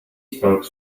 spoke